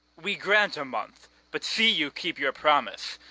we grant a month but see you keep your promise.